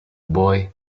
boy